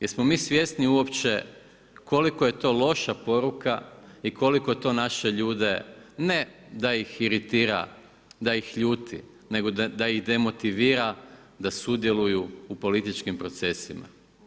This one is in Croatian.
Jesmo mi svjesni uopće koliko je to loša poruka i koliko to naše ljude ne da ih iritira, da ih ljuti nego da ih demotivira da sudjeluju u političkim procesima.